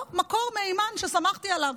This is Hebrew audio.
לא, מקור מהימן שסמכתי עליו.